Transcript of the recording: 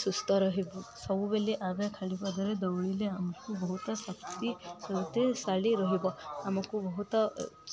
ସୁସ୍ଥ ରହିବ ସବୁବେଳେ ଆଗେ ଖାଲି ପାଦରେ ଦୌଡ଼ିଲେ ଆମକୁ ବହୁତ ଶକ୍ତି ଶାଳୀ ରହିବ ଆମକୁ ବହୁତ